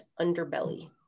Underbelly